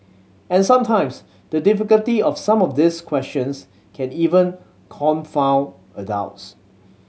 and sometimes the difficulty of some of these questions can even confound adults